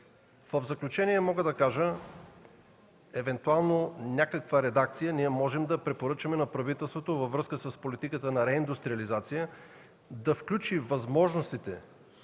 В заключение мога да кажа – евентуално някаква редакция: ние можем да препоръчаме на правителството, във връзка с политиката на реиндустриализация, да включи възможностите